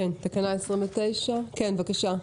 אדוני רוצה להתייחס, בבקשה.